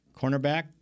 Cornerback